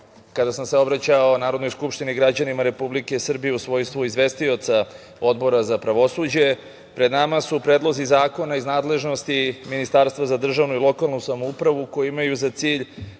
kada sam se obraćao u Narodnoj skupštini i građanima Republike Srbije u svojstvu izvestioca Odbora za pravosuđe, pred nama su predlozi zakona iz nadležnosti Ministarstva za državnu upravu i lokalnu samoupravu koji imaju za cilj